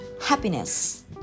happiness